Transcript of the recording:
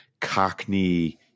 cockney